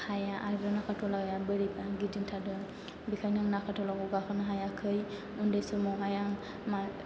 हाया आरो नागारट'लाया बोरैबो गिदिंथारो बेखायनो आं नागारट'लाखौ गाखोनो हायाखै उन्दै समावहाय आं मा